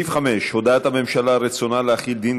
סעיף 5: הודעת הממשלה על רצונה להחיל דין